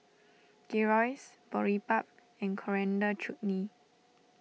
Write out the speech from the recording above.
Gyros Boribap and Coriander Chutney